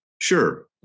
Sure